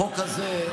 החוק הזה,